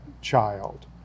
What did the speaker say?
child